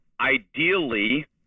ideally